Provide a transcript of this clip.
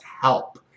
help